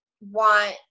want